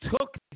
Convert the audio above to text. Took